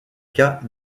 cas